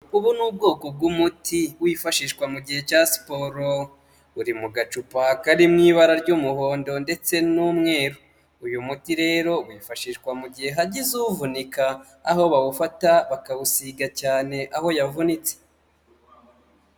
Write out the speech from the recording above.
Ubu ni ubwoko bw'umuti wifashishwa mu gihe cya siporo, uri mu gacupa kari mu ibara ry'umuhondo ndetse n'umweru, uyu muti rero wifashishwa mu gihe hagize uvunika, aho bawufata bakawusiga cyane aho yavunitse.